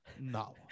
No